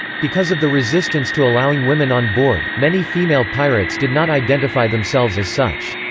because of the resistance to allowing women on board, many female pirates did not identify themselves as such.